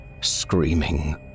screaming